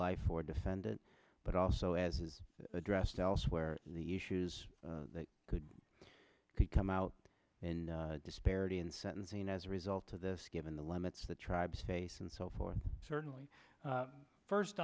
life for defendant but also as is addressed elsewhere the issues that could come out and disparity in sentencing as a result of this given the limits the tribes face and so forth certainly first